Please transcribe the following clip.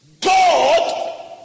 God